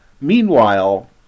Meanwhile